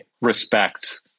respect